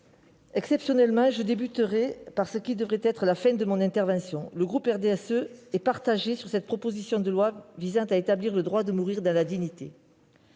exceptionnellement, je débuterai par ce qui devrait être la fin de mon intervention : le groupe du RDSE est partagé sur cette proposition de loi visant à établir le droit à mourir dans la dignité.